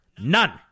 None